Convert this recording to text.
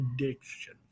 addiction